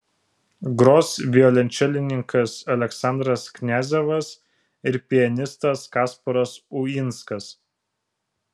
gros violončelininkas aleksandras kniazevas ir pianistas kasparas uinskas